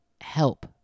help